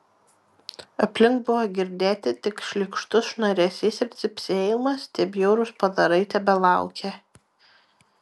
aplink buvo girdėti tik šlykštus šnaresys ir cypsėjimas tie bjaurūs padarai tebelaukė